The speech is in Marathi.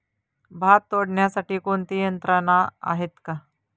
भात तोडण्यासाठी कोणती यंत्रणा आहेत का?